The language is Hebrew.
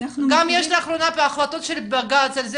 גם יש לאחרונה בהחלטות של בג"ץ על זה